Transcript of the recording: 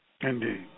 Indeed